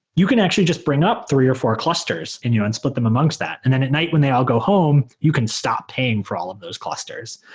you can actually just bring up three or four clusters and and split them amongst that. and then at night when they all go home, you can stop paying for all of those clusters.